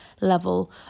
level